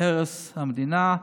הרס המדינה,